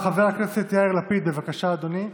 חבר הכנסת יאיר לפיד, בבקשה, אדוני.